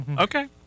Okay